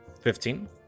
Fifteen